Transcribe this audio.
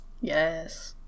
Yes